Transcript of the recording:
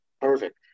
Perfect